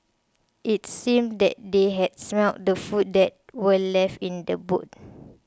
it seemed that they had smelt the food that were left in the boot